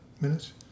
minutes